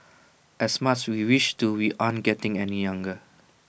as much we wish to we aren't getting any younger